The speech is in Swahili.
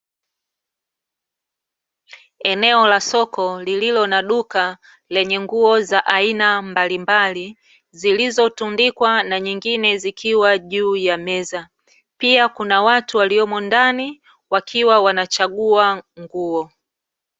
Eneo la soko lililo na duka, lenye nguo za aina mbalimbali, zilizotundikwa na nyingine zikiwa juu ya meza, pia kuna watu waliomo ndani wakiwa wanachagua nguo.